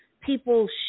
people